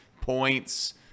points